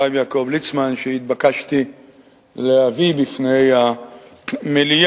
הרב יעקב ליצמן, שהתבקשתי להביא בפני המליאה,